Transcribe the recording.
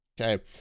okay